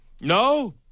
No